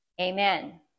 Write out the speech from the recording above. Amen